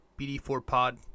BD4Pod